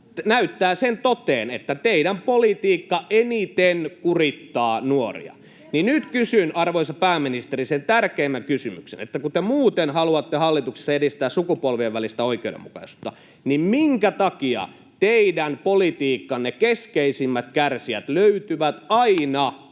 näyttää toteen sen, että teidän politiikkanne eniten kurittaa nuoria. Nyt kysyn, arvoisa pääministeri, sen tärkeimmän kysymyksen: Kun te muuten haluatte hallituksessa edistää sukupolvien välistä oikeudenmukaisuutta, minkä takia teidän politiikkanne keskeisimmät kärsijät löytyvät aina